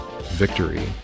Victory